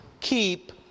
keep